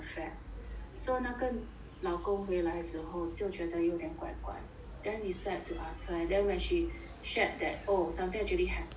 so 那个老公回来时候就觉得有点怪怪 then decide to ask her then when she shared that oh something actually happen